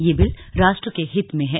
यह बिल राष्ट्र के हित में है